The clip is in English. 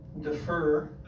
defer